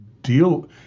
deal